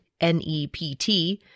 NEPT